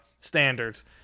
standards